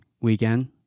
weekend